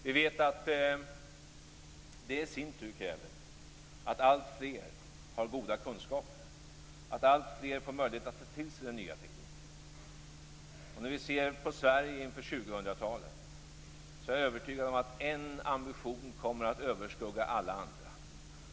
Vi vet att det i sin tur kräver att alltfler har goda kunskaper, att alltfler får möjligheter att ta till sig den nya tekniken. Jag är övertygad om att när vi ser på Sverige inför 2000-talet, kommer en ambition att överskugga alla andra.